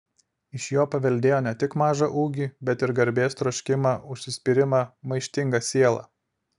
iš jo paveldėjo ne tik mažą ūgį bet ir garbės troškimą užsispyrimą maištingą sielą